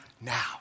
now